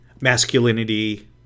masculinity